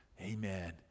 Amen